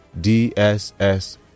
DSS